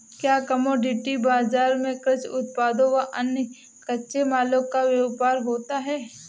क्या कमोडिटी बाजार में कृषि उत्पादों व अन्य कच्चे मालों का व्यापार होता है?